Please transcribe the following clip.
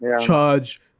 charge